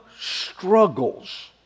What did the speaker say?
struggles